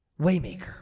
Waymaker